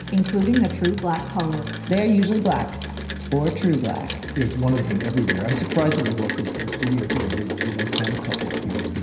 including the true black color. they're usually black or true black there's one of them everywhere. i was surprised when i walked into the studio today. you don't have a couple here. you